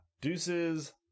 Deuces